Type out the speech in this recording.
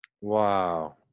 Wow